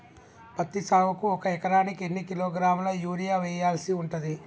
పత్తి సాగుకు ఒక ఎకరానికి ఎన్ని కిలోగ్రాముల యూరియా వెయ్యాల్సి ఉంటది?